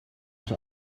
als